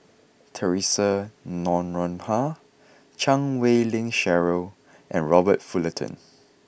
Theresa Noronha Chan Wei Ling Cheryl and Robert Fullerton